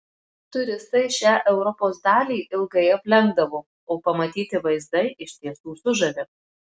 turistai šią europos dalį ilgai aplenkdavo o pamatyti vaizdai iš tiesų sužavi